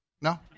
no